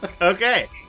Okay